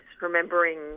remembering